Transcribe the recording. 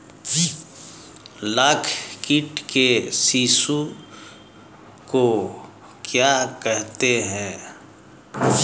लाख कीट के शिशु को क्या कहते हैं?